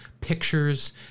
pictures